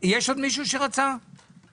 יש עוד מישהו שרצה לדבר?